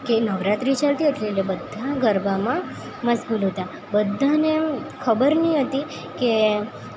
કે નવરાત્રી ચાલતી હતી એટલે બધા ગરબામાં મશગુલ હતાં બધાને ખબર નહીં હતી કે